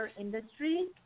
industry